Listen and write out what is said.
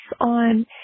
on